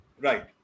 Right